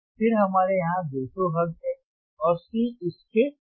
फिर हमारे यहां 200 हर्ट्ज हैं और C इस के बराबर है